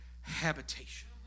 habitation